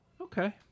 Okay